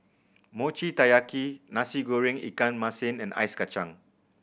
Mochi Taiyaki Nasi Goreng ikan masin and ice kacang